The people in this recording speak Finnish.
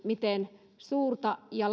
miten suuria ja